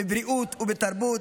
בבריאות ובתרבות,